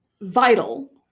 vital